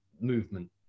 movement